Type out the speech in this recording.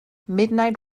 midnight